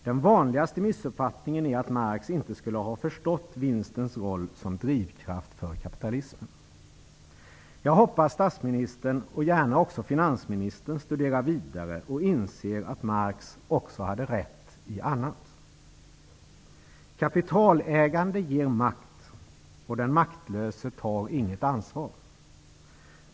Den vanligaste missuppfattningen är att Marx inte skulle ha förstått vinstens roll som drivkraft för kapitalismen. Jag hoppas att statsministern, och gärna också finansministern, studerar vidare och inser att Marx också hade rätt i annat: kapitalägande ger makt, och den maktlöse tar inget ansvar.